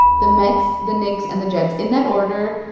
the mets, the knicks and the jets, in that order,